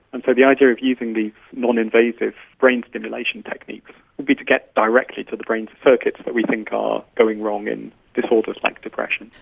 and so the idea of using the non-invasive brain stimulation technique would be to get directly to the brain's circuits that we think are going wrong in disorders like depression.